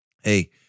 hey